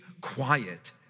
quiet